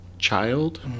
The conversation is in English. child